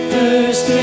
First